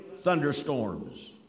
thunderstorms